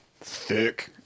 thick